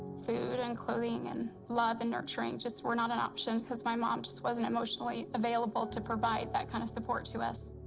food and clothing and love and nurturing just were not an option because my mom just wasn't emotionally available to provide that kind of support to us.